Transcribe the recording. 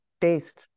taste